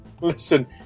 Listen